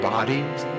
bodies